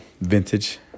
vintage